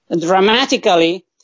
dramatically